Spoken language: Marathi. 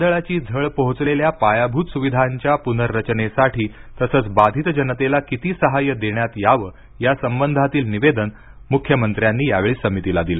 वादळाची झळ पोहोचलेल्या पायाभूत सुविधांच्या पुनर्रचनेसाठी तसंच बाधित जनतेला किती सहाय्य देण्यात यावं या संबंधातील निवेदन मुख्यमंत्र्यांनी यावेळी समितीला दिलं